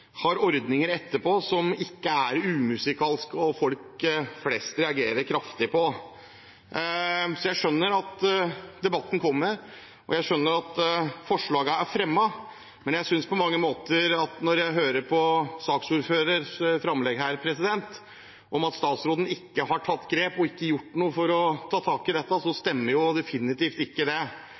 ha ordninger etterpå – som ikke er umusikalske og som folk flest reagerer kraftig på. Så jeg skjønner at debatten kommer, og jeg skjønner at forslaget er fremmet, men når jeg hører på saksordførerens framlegg her om at statsråden ikke har tatt grep og ikke har gjort noe for å ta tak i dette, stemmer det definitivt ikke. Det